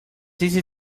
easy